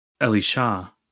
Elisha